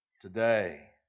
today